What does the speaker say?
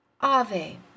Ave